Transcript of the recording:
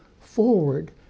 forward